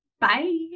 Bye